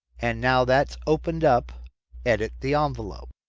and now that's opened up edit the envelope.